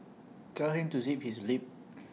tell him to zip his lip